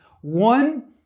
one